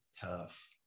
Tough